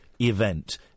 event